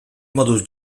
moduz